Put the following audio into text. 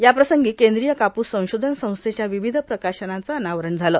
याप्रसंगी केंद्रीय कापूस संशोधन संस्थेच्या विविध प्रकाशनांचं अनावरण झालं